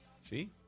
See